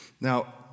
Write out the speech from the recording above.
Now